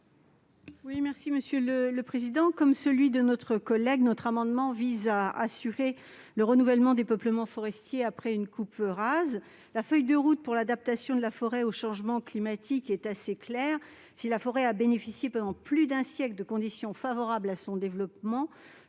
libellé : La parole est à Mme Laurence Cohen. Cet amendement vise également à assurer le renouvellement des peuplements forestiers après une coupe rase. La feuille de route pour l'adaptation de la forêt au changement climatique est assez claire : si la forêt a bénéficié pendant plus d'un siècle de conditions favorables à son développement,